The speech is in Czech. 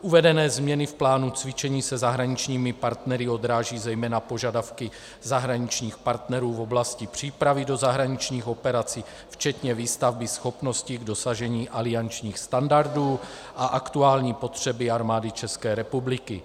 Uvedené změny v plánu cvičení se zahraničními partnery odrážejí zejména požadavky zahraničních partnerů v oblasti přípravy do zahraničních operací včetně výstavby schopností k dosažení aliančních standardů a aktuální potřeby Armády České republiky.